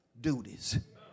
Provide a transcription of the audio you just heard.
duties